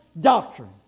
doctrine